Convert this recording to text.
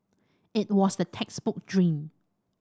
it was the textbook dream